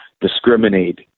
discriminate